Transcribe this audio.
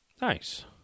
Nice